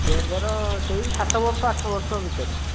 ଛୁଆଙ୍କର ସେହି ସାତବର୍ଷ ଆଠବର୍ଷ ଭିତରେ